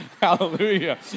Hallelujah